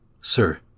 Sir